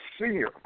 senior